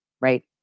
right